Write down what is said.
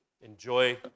Enjoy